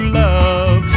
love